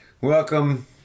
Welcome